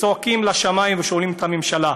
צועקים לשמיים ושואלים את הממשלה: